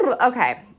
okay